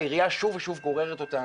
העירייה שוב ושוב גוררת אותנו,